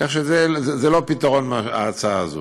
כך שזה לא פתרון, ההצעה הזו.